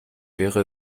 wäre